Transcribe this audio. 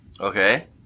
Okay